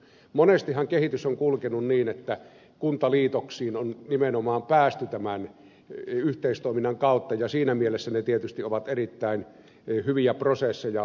monestihan kehitys on kulkenut niin että kuntaliitoksiin on nimenomaan päästy tämän yhteistoiminnan kautta ja siinä mielessä ne tietysti ovat erittäin hyviä prosesseja olleet